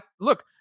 look